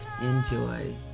enjoy